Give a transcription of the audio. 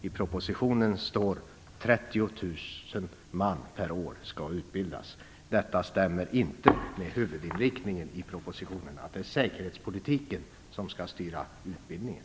I propositionen står det att 30 000 man per år skall utbildas. Detta stämmer inte med huvudinriktningen i propositionen, att det är säkerhetspolitiken som skall styra utbildningen.